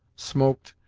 smoked,